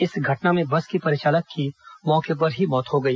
इस घटना में बस के परिचालक की मौके पर ही मौत हो गई